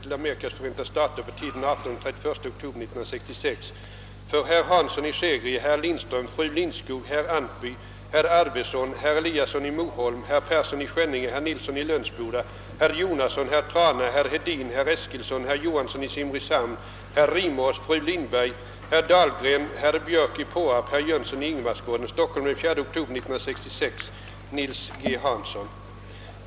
Vid granskning av fullmakterna, som företagits inför t. f. chefen för justitiedepartementet och i närvaro av vederbörande fullmäktige i riksbanken och riksgäldskontoret, har någon anmärkning mot fullmakterna ej framställts. Detta protokoll och de granskade fullmakterna skall överlämnas till andra kammaren. Kopia av detta namnbevis har tillställts vederbörande pastor för anteckning i kyrkobok.